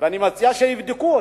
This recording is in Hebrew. ואני מציע שיבדקו.